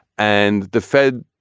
and the fed,